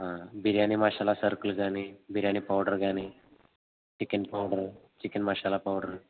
బిర్యానీ మసాల సరుకులు కానీ బిర్యానీ పౌడరు కానీ chicken powder chicken masala powder